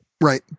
Right